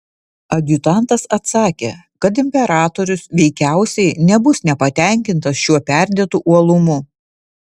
adjutantas atsakė kad imperatorius veikiausiai nebus nepatenkintas šiuo perdėtu uolumu